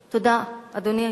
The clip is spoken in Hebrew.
תודה, אדוני היושב-ראש.